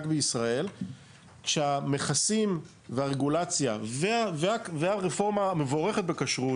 בישראל כשהמכסים והרגולציה והרפורמה המבורכת בכשרות,